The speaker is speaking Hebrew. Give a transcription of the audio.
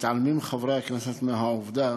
מתעלמים חברי הכנסת מהעובדה